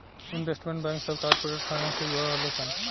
investment bank सभ corporate finance से जुड़ल होले सन